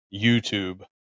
YouTube